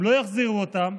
הם לא יחזירו אותם,